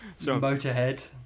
Motorhead